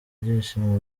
ibyishimo